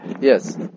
Yes